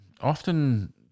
often